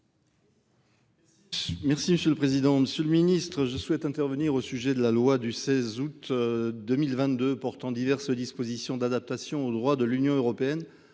Merci monsieur le président, Monsieur le Ministre, je souhaite intervenir au sujet de la loi du 16 août 2022 portant diverses dispositions d'adaptation au droit de l'Union européenne